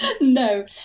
no